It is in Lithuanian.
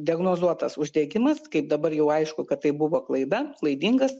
diagnozuotas uždegimas kaip dabar jau aišku kad tai buvo klaida klaidingas